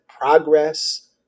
progress